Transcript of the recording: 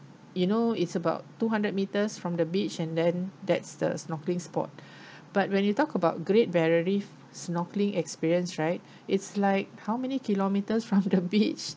you know it's about two hundred metres from the beach and then that's the snorkelling spot but when you talk about great barrier reef snorkelling experience right it's like how many kilometers from the beach